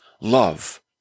love